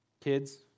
Kids